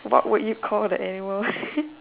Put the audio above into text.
what would you call the animal